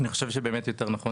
אני חושב שבאמת יותר נכון